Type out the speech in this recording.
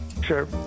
Sure